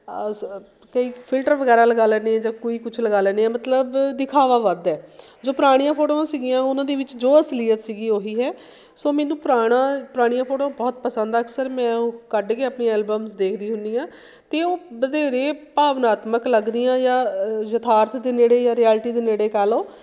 ਆਸ ਕਈ ਫਿਲਟਰ ਵਗੈਰਾ ਲਗਾ ਲੈਂਦੇ ਹਾਂ ਜਾਂ ਕੋਈ ਕੁਛ ਲਗਾ ਲੈਂਦੇ ਹਾਂ ਮਤਲਬ ਦਿਖਾਵਾ ਵੱਧ ਹੈ ਜੋ ਪੁਰਾਣੀਆਂ ਫੋਟੋਆਂ ਸੀਗੀਆਂ ਉਹਨਾਂ ਦੇ ਵਿੱਚ ਜੋ ਅਸਲੀਅਤ ਸੀਗੀ ਉਹੀ ਹੈ ਸੋ ਮੈਨੂੰ ਪੁਰਾਣਾ ਪੁਰਾਣੀਆਂ ਫੋਟੋਆਂ ਬਹੁਤ ਪਸੰਦ ਆ ਅਕਸਰ ਮੈਂ ਉਹ ਕੱਢ ਕੇ ਆਪਣੀ ਐਲਬਮਸ ਦੇਖਦੀ ਹੁੰਦੀ ਹਾਂ ਅਤੇ ਉਹ ਵਧੇਰੇ ਭਾਵਨਾਤਮਕ ਲੱਗਦੀਆਂ ਜਾਂ ਯਥਾਰਥ ਦੇ ਨੇੜੇ ਜਾਂ ਰਿਐਲਿਟੀ ਦੇ ਨੇੜੇ ਕਹਿ ਲਉ